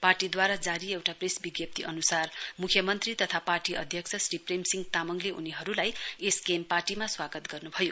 पार्टीद्वारा जारी एउटा प्रेस विज्ञप्ती अनुसार मुख्यमन्त्री तथा पार्टी अध्यक्ष श्री प्रेमसिंह तामङले उनीहरुलाई पार्टीमा स्वागत गर्नुभयो